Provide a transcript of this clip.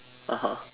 (uh huh)